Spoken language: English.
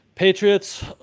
patriots